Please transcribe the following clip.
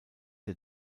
der